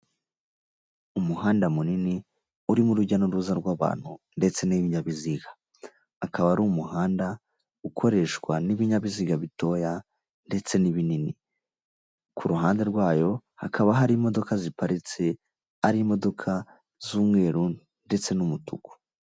Umuhanda munini urimo urujya n'uruza rw'abantu ndetse n'ibinyabiziga, akaba ari umuhanda ukoreshwa n'ibinyabiziga bitoya ndetse n'ibinini, ku ruhande rwayo hakaba hari imodoka ziparitse, ari imodoka z'umweru ndetse n'umutuku.